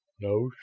no